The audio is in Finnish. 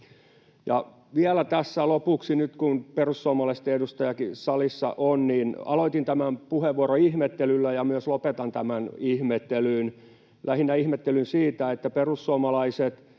lopuksi nyt, kun perussuomalaistenkin edustaja salissa on: Aloitin tämän puheenvuoron ihmettelyllä ja myös lopetan tämän ihmettelyyn, lähinnä ihmettelyyn, että perussuomalaiset